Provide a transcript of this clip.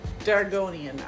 Dargonian